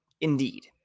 Indeed